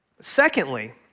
Secondly